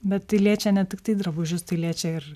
bet tai liečia ne tiktai drabužius tai liečia ir